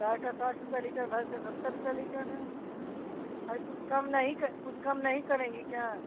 गाय का साठ रुपये लीटर भैंस का सत्तर रूपये लीटर है भाई कुछ कम नहीं क कुछ कम नहीं करेंगी क्या